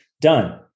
done